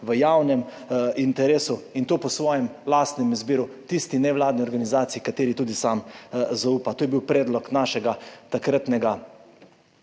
v javnem interesu in to po svojem lastnem izbiru: tisti nevladni organizaciji, kateri tudi sam zaupa. To je bil predlog našega takratnega